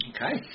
Okay